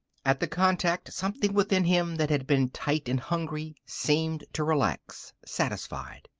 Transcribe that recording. at the contact something within him that had been tight and hungry seemed to relax, satisfied.